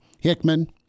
Hickman